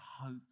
hope